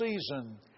season